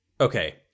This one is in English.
Okay